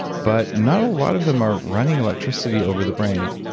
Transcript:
but, not a lot of them are running electricity over the brain,